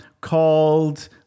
called